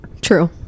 True